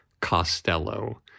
Costello